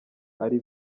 ari